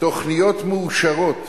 תוכניות מאושרות